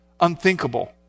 unthinkable